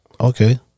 Okay